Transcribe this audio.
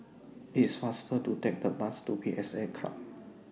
IT IS faster to Take The Bus to P S A Club